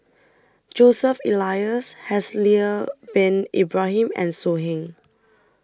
Joseph Elias Haslir Bin Ibrahim and So Heng